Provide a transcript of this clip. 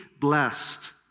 blessed